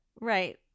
Right